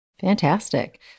Fantastic